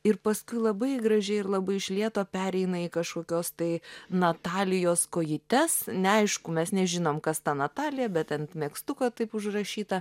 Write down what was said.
ir paskui labai gražiai ir labai iš lėto pereina į kažkokios tai natalijos kojytes neaišku mes nežinom kas ta natalija bet ant megztuko taip užrašyta